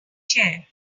chair